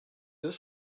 deux